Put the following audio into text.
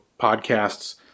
podcasts